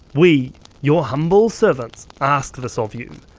we your humble servants ask this of you,